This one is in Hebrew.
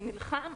אני נלחם,